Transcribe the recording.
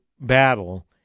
battle